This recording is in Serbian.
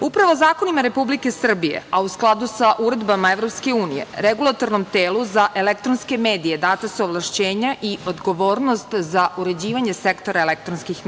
Upravo zakonima Republike Srbije, a u skladu sa uredbama EU Regulatornom telu za elektronske medije data su ovlašćenja i odgovornost za uređivanje sektora elektronskih